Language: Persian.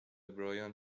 برایان